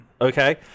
Okay